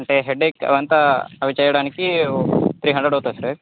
అంటే హెడ్ఏక్ అదంతా అవి చేయడానికి త్రీ హండ్రెడ్ అవుతుంది సార్